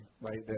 Right